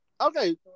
Okay